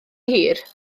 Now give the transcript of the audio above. hir